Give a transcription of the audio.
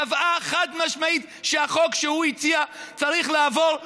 קבעה חד-משמעית שהחוק שהוא הציע צריך לעבור,